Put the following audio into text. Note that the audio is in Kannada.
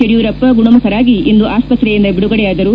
ಯಡಿಯೂರಪ್ಪ ಗುಣಮುಖರಾಗಿ ಇಂದು ಆಸ್ಪತ್ರೆಯಿಂದ ಬಿಡುಗಡೆಯಾದರು